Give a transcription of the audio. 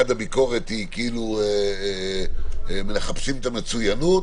הביקורת היא שכאילו מחפשים את המצוינות,